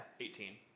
18